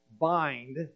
bind